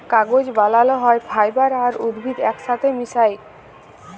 কাগজ বালাল হ্যয় ফাইবার আর উদ্ভিদ ইকসাথে মিশায়